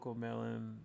Melon